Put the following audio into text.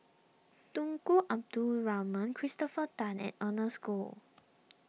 Tunku Abdul Rahman Christopher Tan and Ernest Goh